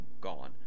gone